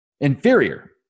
inferior